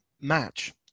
match